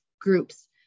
groups